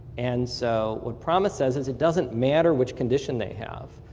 and so what promis does is it doesn't matter which condition they have.